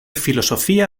filosofía